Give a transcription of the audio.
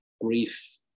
grief